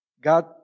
God